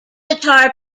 guitar